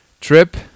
trip